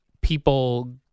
people